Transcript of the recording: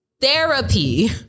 Therapy